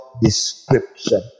description